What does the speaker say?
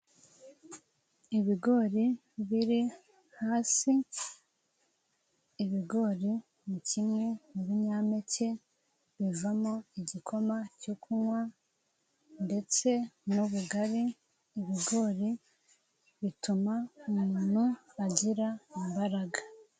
Ibigori biri hasi, ibigori ni kimwe mu binyampeke bivamo igikoma cyo kunywa ndetse n'ubugari, ibigori bituma umuntu agira imbaraga.